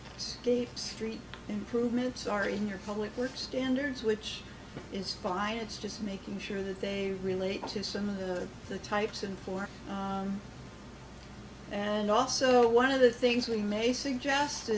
street improvements are in your public works standards which is fine it's just making sure that they relate to some of the the types in for and also one of the things we may suggest